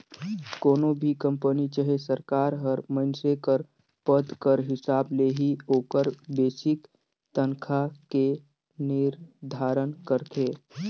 कोनो भी कंपनी चहे सरकार हर मइनसे कर पद कर हिसाब ले ही ओकर बेसिक तनखा के निरधारन करथे